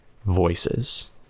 voices